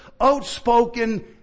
outspoken